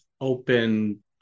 open